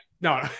no